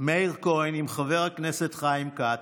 מאיר כהן עם חבר הכנסת חיים כץ,